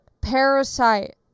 Parasite